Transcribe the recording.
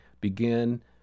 begin